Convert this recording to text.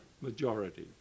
majority